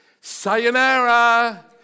Sayonara